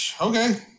okay